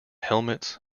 helmets